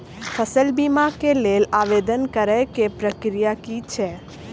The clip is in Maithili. फसल बीमा केँ लेल आवेदन करै केँ प्रक्रिया की छै?